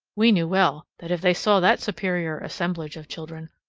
we knew well that, if they saw that superior assemblage of children,